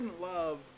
love